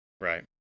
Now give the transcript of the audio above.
Right